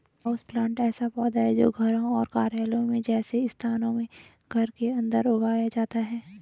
houseplant ऐसा पौधा है जो घरों और कार्यालयों जैसे स्थानों में घर के अंदर उगाया जाता है